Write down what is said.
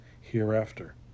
hereafter